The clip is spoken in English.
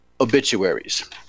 obituaries